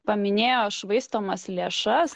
paminėjo švaistomas lėšas